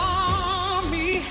army